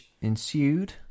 ensued